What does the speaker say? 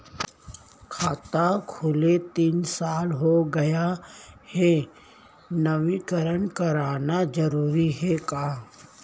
खाता खुले तीन साल हो गया गये हे नवीनीकरण कराना जरूरी हे का?